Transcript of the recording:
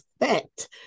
effect